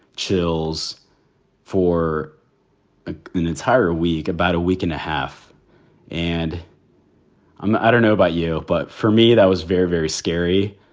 chills for an entire week, about a week and a half and i don't know about you, but for me, that was very, very scary.